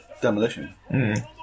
demolition